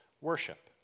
worship